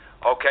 okay